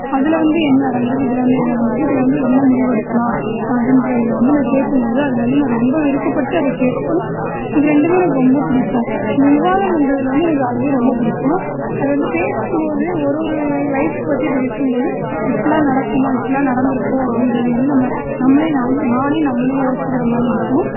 அதில் வந்து என்ன நடந்திருக்கு இதில் வந்து என்ன நடந்திருக்கு இதில் வந்து என்ன முடிவெடுக்கலாம் அப்படின்றதுல வந்து நான் கேட்கும்மோது அதில் வந்து நான் ரொம்ப விருப்பப்பட்டு அதை கேட்பேன் இது ரெண்டும் எனக்கு ரொம்பப் பிடிக்கும் இந்த விவாதம் பண்ணுறதுல வந்து அதுவே ரொம்பப் பிடிக்கும் அது வந்து பேசும்போது ஒரு ஒரு லைஃப் பற்றி பேசும்போது இப்படில்லாம் நடக்குமோ இப்படிலாம் நடந்திருக்கோ அப்படின்றது வந்து நம்ம நம்மளே நானே நம்மளே யோசிக்கிற மாதிரி இருக்கும்